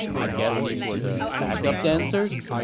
i guess these were the backup dancers?